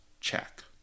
check